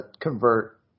convert